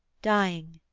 dying,